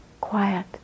quiet